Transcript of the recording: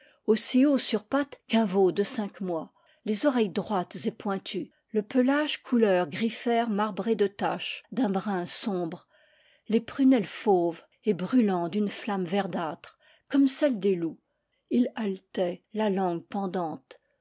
sur pattes qu'un veau de cinq mois les oreilles droites et pointues le pelage couleur gris fer marbré de taches d'un brun sombre les prunelles fauves et brûlant d'une flamme verdâtre comme celles des loups il haletait là langue pen